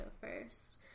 first